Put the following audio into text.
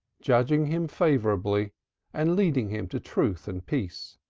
judging him favorably and leading him to truth and peace